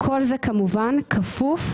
מתקדמת הפרטה,